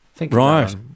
Right